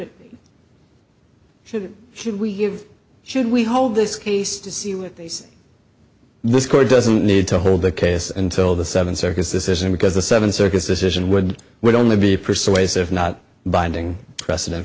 it should should we give should we hold this case to see what they say this court doesn't need to hold the case until the seven circus decision because the seven circus decision would would only be persuasive not binding precedent